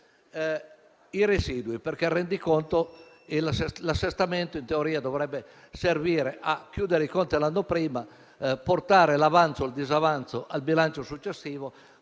ai residui. Infatti, l'assestamento in teoria dovrebbe servire a chiudere i conti dell'anno prima e a portare l'avanzo o il disavanzo al bilancio successivo